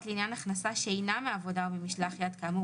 לעניין הכנסה שאינה מעבודה או ממשלח יד כאמור